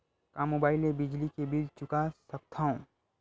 का मुबाइल ले बिजली के बिल चुका सकथव?